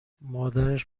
مادرش